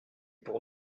pour